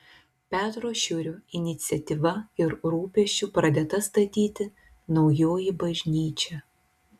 petro šiurio iniciatyva ir rūpesčiu pradėta statyti naujoji bažnyčia